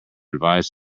advised